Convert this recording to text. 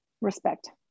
Respect